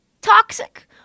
toxic